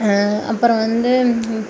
அப்புறம் வந்து